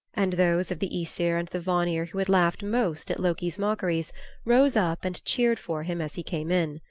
and those of the aesir and the vanir who had laughed most at loki's mockeries rose up and cheered for him as he came in.